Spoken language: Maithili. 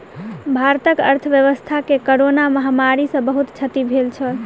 भारतक अर्थव्यवस्था के कोरोना महामारी सॅ बहुत क्षति भेल छल